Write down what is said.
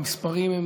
והמספרים הם